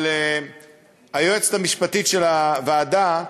אבל היועצת המשפטית של הוועדה,